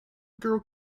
girl